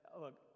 look